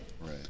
Right